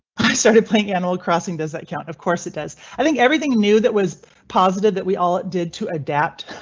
i started playing animal crossing. does that count? of course it does. i think everything new that was positive that we all did to adapt